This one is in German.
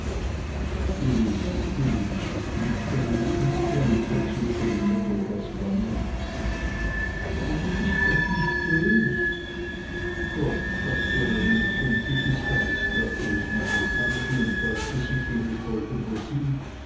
gewiß gewiß nickte meine tante und tätschelte wieder doras wange aber du bist doch nicht bös gott was für ein empfindliches herzblatt rief meine tante und beugte sich liebevoll über sie